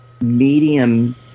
medium